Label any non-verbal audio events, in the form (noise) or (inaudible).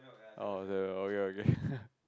oh it's the okay okay (laughs)